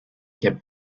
kept